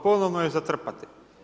Ponovno je zatrpati.